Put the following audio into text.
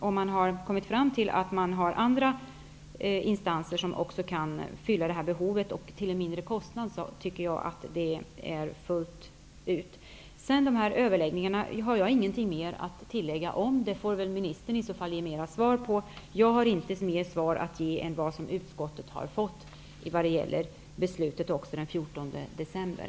Om man har kommit fram till att man har andra instanser som också kan fylla detta behov och till en mindre kostnad, tycker jag att det är fullt tillräckligt. Beträffande dessa överläggningar har jag inget mer att tillägga utöver det som utskottet har fått reda på när det gäller beslutet den 14 december. Det får väl i så fall ministern göra.